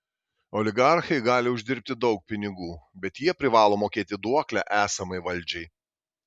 oligarchai gali uždirbti daug pinigų bet jie privalo mokėti duoklę esamai valdžiai